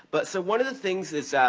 but so, one of the things is